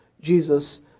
Jesus